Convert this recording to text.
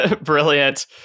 brilliant